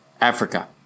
Africa